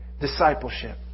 discipleship